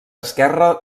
esquerre